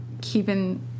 keeping